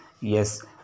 Yes